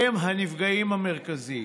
הם הנפגעים המרכזיים.